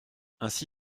ainsi